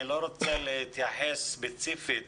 אני לא רוצה להתייחס ספציפית